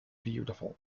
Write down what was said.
beautiful